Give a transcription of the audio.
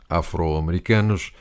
afro-americanos